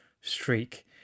streak